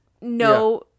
no